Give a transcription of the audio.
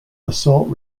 assault